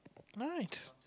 right